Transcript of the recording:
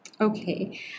Okay